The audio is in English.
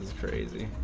crazy